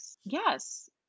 Yes